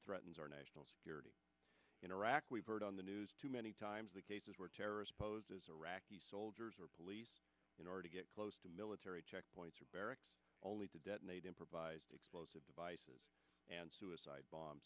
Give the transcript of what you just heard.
threatens our national security in iraq we've heard on the news too many times the cases where terrorists posed as iraqi soldiers or police in order to get close to military checkpoints or barracks only to detonate improvised explosive devices and suicide bombs